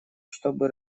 чтобы